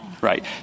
Right